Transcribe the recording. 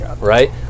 right